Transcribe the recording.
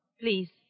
please